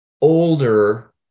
older